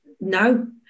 no